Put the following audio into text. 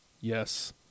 yes